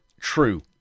true